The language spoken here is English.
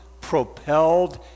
propelled